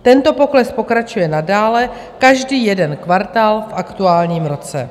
Tento pokles pokračuje nadále každý jeden kvartál v aktuálním roce.